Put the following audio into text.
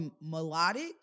melodic